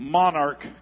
monarch